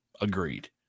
agreed